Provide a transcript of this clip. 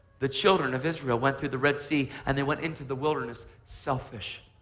the children of israel went through the red sea and they went into the wilderness selfish,